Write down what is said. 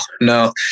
No